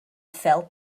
felt